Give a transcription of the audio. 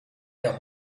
der